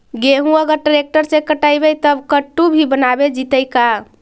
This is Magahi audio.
गेहूं अगर ट्रैक्टर से कटबइबै तब कटु भी बनाबे जितै का?